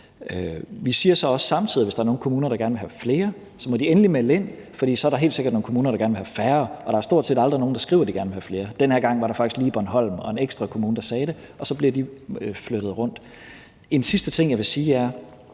Vi siger så også samtidig, at hvis der er nogle kommuner, der gerne vil have flere, så må de endelig melde ind. For så er der helt sikkert nogle kommuner, der gerne vil have færre, og der er stort set aldrig nogen, der skriver, at de gerne vil have flere – den her gang var der faktisk lige Bornholm og en ekstra kommune, der sagde det – og så bliver de flyttet rundt. En sidste ting, jeg vil sige, er,